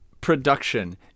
Production